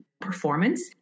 performance